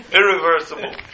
irreversible